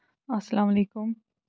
اسلام علیکُم